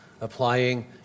applying